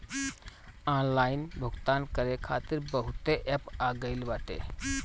online भुगतान करे खातिर बहुते एप्प आ गईल बाटे